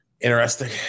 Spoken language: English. interesting